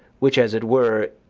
which, as it were,